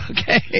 Okay